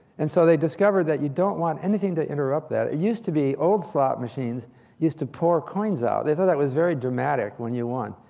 and so they discovered that you don't want anything to interrupt that. it used to be old slot machines used to pour coins out. they though that was very dramatic when you won.